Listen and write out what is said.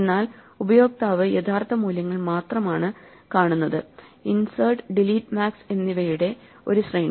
എന്നാൽ ഉപയോക്താവ് യഥാർത്ഥ മൂല്യങ്ങൾ മാത്രാമാണ് കാണുന്നത് ഇൻസേർട്ട് ഡിലീറ്റ് മാക്സ് എന്നിവയുടെ ഒരു ശ്രേണി